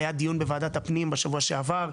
היה דיון בוועדת הפנים שבוע שעבר,